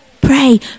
Pray